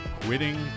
quitting